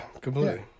Completely